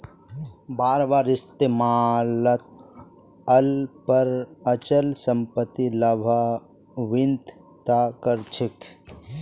बार बार इस्तमालत आन ल पर अचल सम्पत्ति लाभान्वित त कर छेक